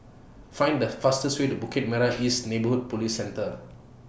Find The fastest Way to Bukit Merah East Neighbourhood Police Centre